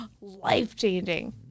Life-changing